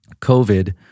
COVID